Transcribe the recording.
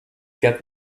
get